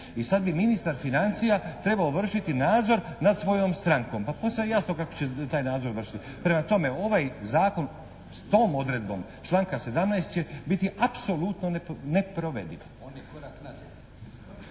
I sad bi ministar financija trebao vršiti nadzor nad svojom strankom. Pa posve je jasno kako će taj nadzor vršiti. Prema tome, ovaj zakon s tom odredbom članka 17. će biti apsolutno neprovediv.